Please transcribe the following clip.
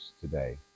today